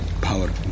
Power